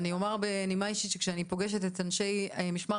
בדיוק ואני אומר בנימה אישית שכשאני פוגשת את אנשי משמר